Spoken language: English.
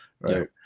right